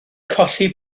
colli